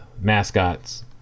mascots